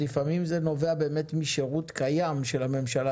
לפעמים זה נובע משירות קיים של הממשלה,